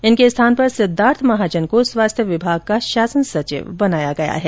इनके स्थान पर सिद्दार्थ महाजन को स्वास्थ्य विभाग का शासन सचिव बनाया गया है